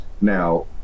Now